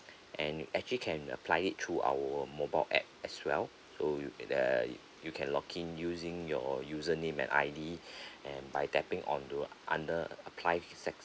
and actually can apply it through our mobile app as well so err you can login using your username and I_D and by tapping on to under apply sec~